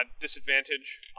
disadvantage